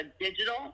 digital